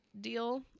deal